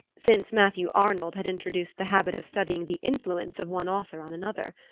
since matthew arnold had introduced the habit of studying the influence of one author on another.